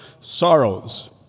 sorrows